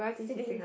sitting